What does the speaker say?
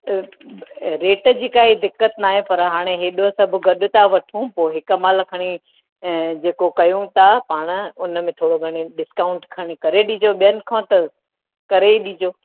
त अ रेट जी कई दिक्कत न आए पर हाणे हेॾो सब गॾु तां वठूं पो हिकु माल खणी अ जेको कयूं ता पाण उनमें थोरो घणो डिस्काउंट खणी करे ॿियनि खां त करे ई ॾिजो